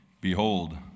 Behold